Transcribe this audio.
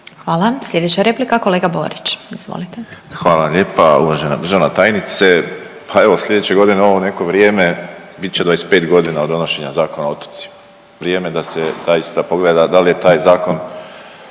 Hvala. Slijedeća replika kolega Borić, izvolite. **Borić, Josip (HDZ)** Hvala vam lijepa. Uvažena državna tajnice, pa evo slijedeće godine u ovo neko vrijeme bit će 25.g. od donošenja Zakona o otocima, vrijeme da se zaista pogleda dal je taj zakon